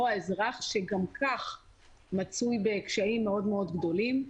לא האזרח שגם כך מצוי בקשיים מאוד גדולים.